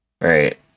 right